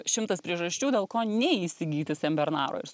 šimtas priežasčių dėl ko neįsigyti senbernaro